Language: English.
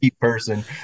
person